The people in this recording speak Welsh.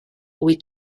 wyt